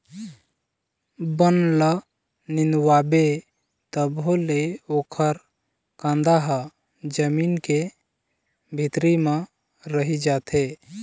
बन ल निंदवाबे तभो ले ओखर कांदा ह जमीन के भीतरी म रहि जाथे